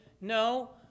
no